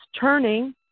turning